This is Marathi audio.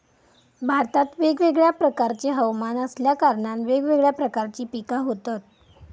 भारतात वेगवेगळ्या प्रकारचे हवमान असल्या कारणान वेगवेगळ्या प्रकारची पिका होतत